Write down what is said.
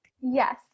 Yes